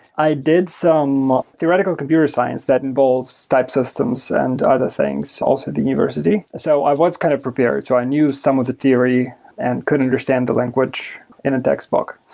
i did some theoretical computer science that involves types systems and other things also at the university. so i was kind of prepared. so i knew some of the theory and could understand the language in a textbook,